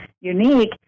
unique